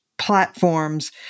platforms